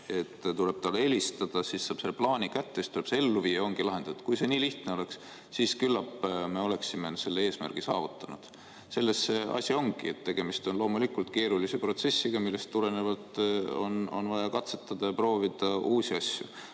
talle vaid helistada, siis saab selle plaani kätte ja tuleb see ellu viia, ongi lahendatud! Kui see nii lihtne oleks, siis küllap me oleksime selle eesmärgi saavutanud. Selles asi ongi, et tegemist on loomulikult keerulise protsessiga, millest tulenevalt on vaja katsetada ja proovida uusi asju.